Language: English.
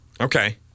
okay